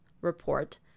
report